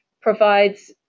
provides